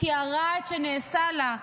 תיארה את שנעשה לה,